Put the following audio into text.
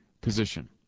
position